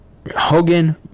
Hogan